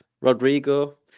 Rodrigo